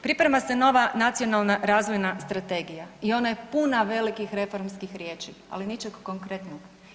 Priprema se nova nacionalna razvojna strategija i ona je puna velikih reformskih riječi, ali ničeg konkretnog.